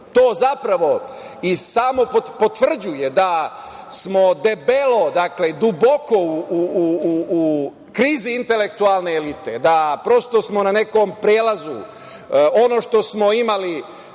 To zapravo i samo potvrđuje da smo duboko u krizi intelektualne elite, da smo prosto na nekom prelazu. Ono što smo imali